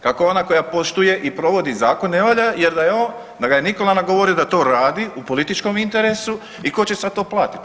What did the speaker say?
Kako ona koja poštuje i provodi zakone ne valja jer da ga je Nikola nagovorio da to radi u političkom interesu i tko će sada to platiti.